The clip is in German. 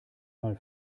mal